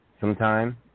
sometime